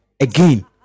again